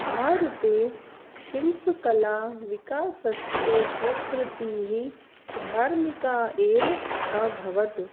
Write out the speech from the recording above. भारते शिल्पकलाविकासस्य प्रवृत्तिः धार्मिका एव अभवत्